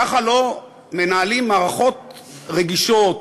ככה לא מנהלים מערכות רגישות